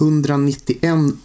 191